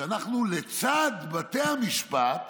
שלצד בתי המשפט